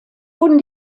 wurden